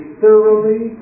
thoroughly